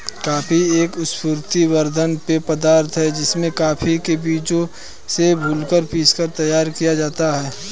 coffee एक स्फूर्ति वर्धक पेय पदार्थ है जिसे कॉफी के बीजों से भूनकर पीसकर तैयार किया जाता है